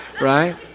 Right